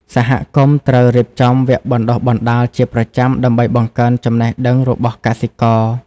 សហគមន៍ត្រូវរៀបចំវគ្គបណ្ដុះបណ្ដាលជាប្រចាំដើម្បីបង្កើនចំណេះដឹងរបស់កសិករ។